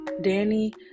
Danny